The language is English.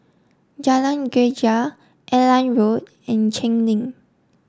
Jalan Greja Airline Road and Cheng Lim